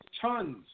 tons